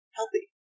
healthy